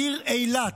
העיר אילת,